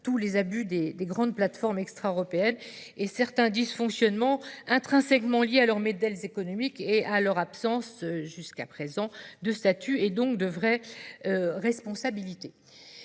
tous les abus des grandes plateformes extraeuropéennes ni certains dysfonctionnements qui sont intrinsèquement liés à leur modèle économique, à leur absence de statut, donc de vraie responsabilité.